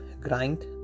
grind